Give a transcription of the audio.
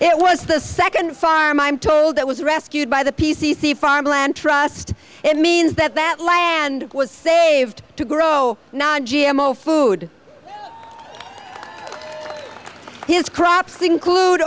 it was the second farm i'm told that was rescued by the p c c farm land trust it means that that land was saved to grow not g m o food his crops include